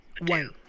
one